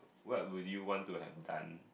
what would you want to have done